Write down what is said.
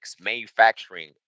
manufacturing